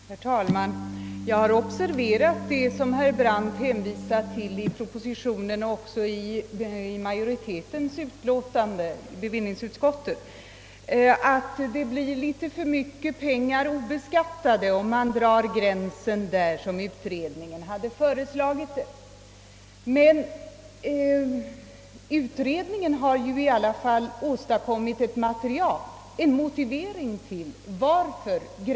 Herr talman! Jag har observerat den motivering herr Brandt hänvisade till i propositionen — den finns också återgiven i bevillningsutskottets utlåtande — nämligen att för mycket pengar förblir obeskattade om man drar gränsen vid det belopp utredningen föreslog. Men utredningen har i alla fall åstadkommit en motivering till sitt förslag.